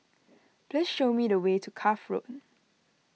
please show me the way to Cuff Road